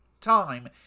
time